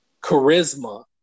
charisma